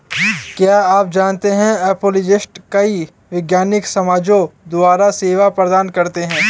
क्या आप जानते है एपियोलॉजिस्ट कई वैज्ञानिक समाजों द्वारा सेवा प्रदान करते हैं?